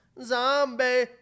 Zombie